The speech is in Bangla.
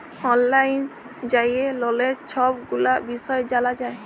অললাইল যাঁয়ে ললের ছব গুলা বিষয় জালা যায়